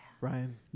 Ryan